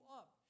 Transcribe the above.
up